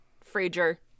frazier